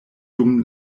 dum